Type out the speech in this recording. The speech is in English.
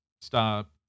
Stop